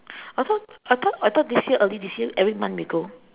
I thought I thought I thought this year early this year every month we go